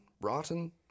rotten